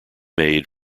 made